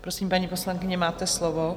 Prosím, paní poslankyně, máte slovo.